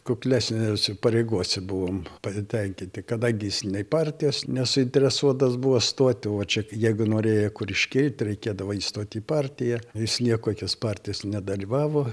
kuklesnėse pareigose buvom pa tenkinti kadangi jis nei partijos nesuinteresuotas buvo stuoti o čia jeigu norėjai kur iškilt reikėdavo įstot į partiją jis niekokias partijas nedalyvavo